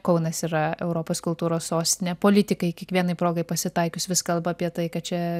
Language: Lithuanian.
kaunas yra europos kultūros sostinė politikai kiekvienai progai pasitaikius vis kalba apie tai kad čia